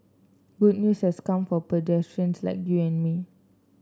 good news has come for pedestrians like you and me